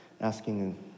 asking